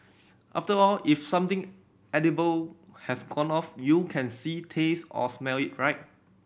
after all if something edible has gone off you can see taste or smell it right